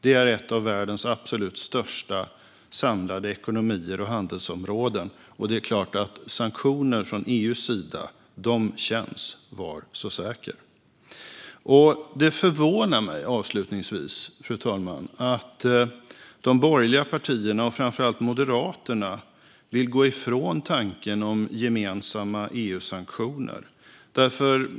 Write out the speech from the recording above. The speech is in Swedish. EU är en av världens absolut största samlade ekonomier och ett av världens största handelsområden. Det är klart att sanktioner från EU:s sida känns - var så säker! Fru talman! Det förvånar mig, avslutningsvis, att de borgerliga partierna och framför allt Moderaterna vill gå ifrån tanken om gemensamma EU-sanktioner.